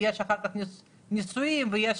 ויש